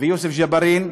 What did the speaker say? ויוסף ג'בארין,